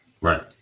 Right